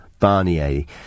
Barnier